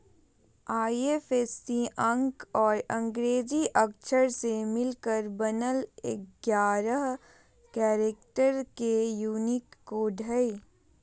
IFSC अंक और अंग्रेजी अक्षर से मिलकर बनल एगारह कैरेक्टर के यूनिक कोड हइ